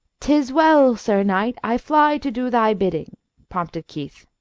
tis well, sir knight, i fly to do thy bidding prompted keith.